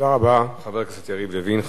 תודה רבה, חבר הכנסת יריב לוין.